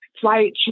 flight